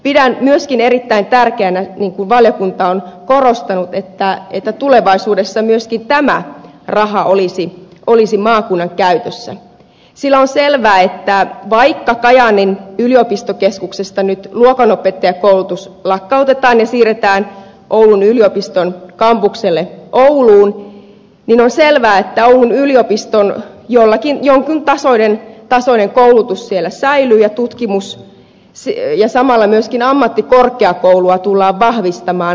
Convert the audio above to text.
pidän myöskin erittäin tärkeänä niin kuin valiokunta on korostanut että tulevaisuudessa myöskin tämä raha olisi maakunnan käytössä sillä vaikka kajaanin yliopistokeskuksesta nyt luokanopettajakoulutus lakkautetaan ja siirretään oulun yliopiston kampukselle ouluun on selvää että oulun yliopiston jonkun tasoinen koulutus ja tutkimus siellä säilyy ja samalla myöskin ammattikorkeakoulua tullaan vahvistamaan